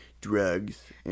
drugs